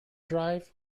drive